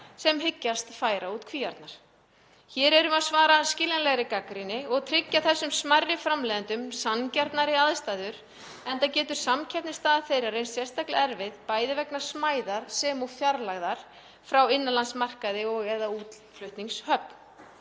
sem hyggjast færa út kvíarnar. Hér erum við að svara skiljanlegri gagnrýni og tryggja þessum smærri framleiðendum sanngjarnari aðstæður, enda getur samkeppnisstaða þeirra reynst sérstaklega erfið, bæði vegna smæðar og fjarlægðar frá innanlandsmarkaði og/eða útflutningshöfn.